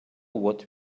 what